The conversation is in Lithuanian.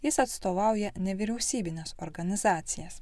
jis atstovauja nevyriausybines organizacijas